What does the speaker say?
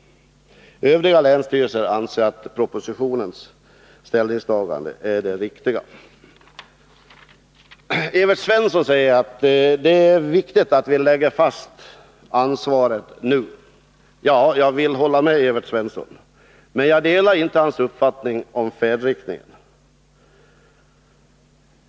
Övriga länsstyrelser anser att propositionens ställningstagande är det riktiga. Evert Svensson säger att det är viktigt att vi lägger fast ansvaret nu. Jag vill hålla med Evert Svensson om det, men jag delar inte hans uppfattning om färdriktningen.